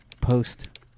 post